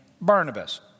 Barnabas